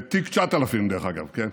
תיק 9000, דרך אגב, כן?